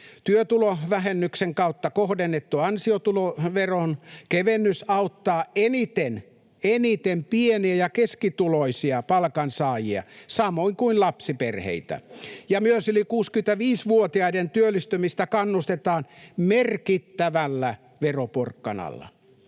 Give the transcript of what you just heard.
Työtulovähennyksen kautta kohdennettu ansiotuloveron kevennys auttaa eniten pieni- ja keskituloisia palkansaajia, samoin kuin lapsiperheitä. Myös yli 65-vuotiaiden työllistymistä kannustetaan merkittävällä veroporkkanalla.